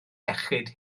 iechyd